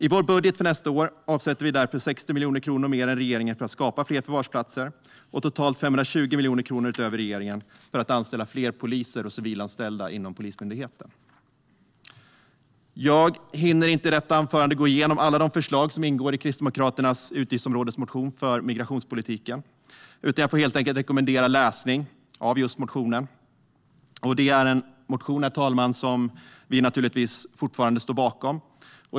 I vår budget för nästa år avsätter vi därför 60 miljoner kronor mer än regeringen för att skapa fler förvarsplatser. Och vi avsätter totalt 520 miljoner kronor utöver vad regeringen avsätter för att anställa fler poliser och civilanställda inom Polismyndigheten. Jag hinner i detta anförande inte gå igenom alla de förslag som ingår i Kristdemokraternas motion om utgiftsområdet för migrationspolitiken. Jag får helt enkelt rekommendera läsning av motionen. Det är en motion som vi naturligtvis fortfarande står bakom.